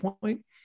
point